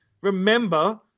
remember